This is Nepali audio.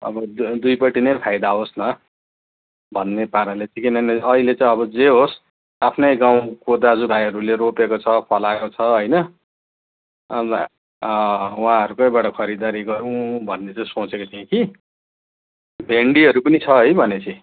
अब दुईपट्टि नै फाइदा होस् न भन्ने पाराले चाहिँ किनभने अहिले चाहिँ अब जे होस् आफ्नै गाउँको दाजुभाइहरूले रोपेको छ फलाएको छ होइन अन्त उहाँहरूकैबाट खरिदारी गरौँ भन्ने चाहिँ सोचेको थिएँ कि भेन्डीहरू पनि छ है भनेपछि